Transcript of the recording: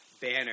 banner